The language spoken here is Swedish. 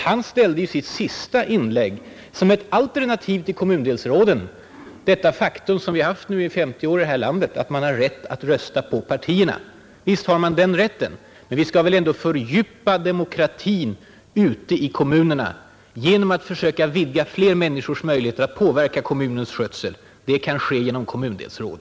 Han ställde i sitt senaste inlägg som ett alternativ till kommundelsråden det förhållandet som vi har haft i 50 år i det här landet: att väljarna har rätt att rösta på partierna. Visst har de den rätten. Men vi skall väl ändå fördjupa demokratin ute i kommunerna genom att försöka vidga fler människors möjligheter att mera än nu påverka kommunens skötsel. Det kan ske genom kommundelsråd.